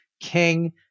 king